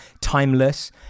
timeless